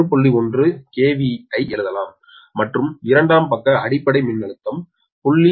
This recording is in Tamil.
1 KV ஐ எழுதலாம் மற்றும் இரண்டாம் பக்க அடிப்படை மின்னழுத்தம் 0